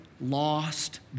lost